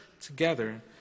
together